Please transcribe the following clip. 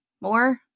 more